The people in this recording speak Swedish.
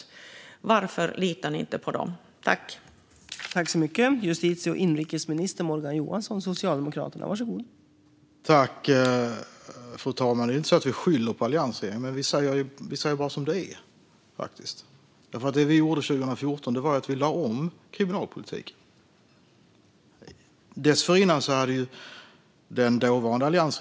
Jag undrar: Varför litar inte den här regeringen med Morgan Johansson i spetsen på dem?